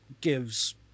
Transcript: gives